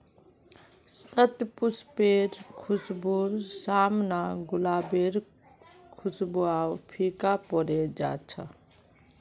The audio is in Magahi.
शतपुष्पेर खुशबूर साम न गुलाबेर खुशबूओ फीका पोरे जा छ